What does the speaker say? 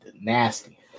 nasty